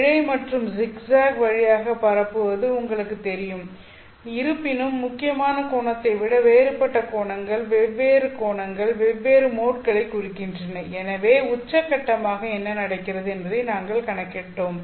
இழை மற்றும் ஜிக்ஜாக் வழியாக பரப்புவது உங்களுக்குத் தெரியும் இருப்பினும் முக்கியமான கோணத்தை விட வேறுபட்ட கோணங்கள் வெவ்வேறு கோணங்கள் வெவ்வேறு மோட்களைக் குறிக்கின்றன எனவே உச்சக்கட்டமாக என்ன நடக்கிறது என்பதை நாங்கள் கணக்கிட்டோம்